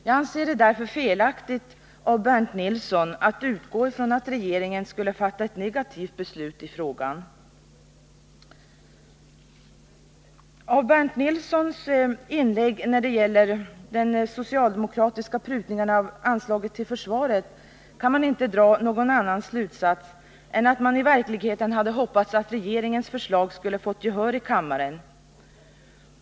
Jag anser det därför felaktigt av Bernt Nilsson att utgå ifrån att regeringen skulle fatta ett negativt beslut i frågan. Av Bernt Nilssons inlägg när det gäller den socialdemokratiska prutningen av anslaget till försvaret kan man inte dra någon annan slutsats än att socialdemokraterna i verkligheten hade hoppats att regeringens förslag skulle få gehör i kammaren.